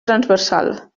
transversal